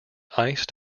iced